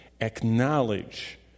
acknowledge